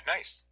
Nice